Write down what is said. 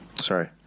sorry